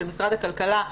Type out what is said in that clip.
של משרד הכלכלה,